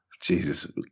Jesus